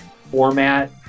format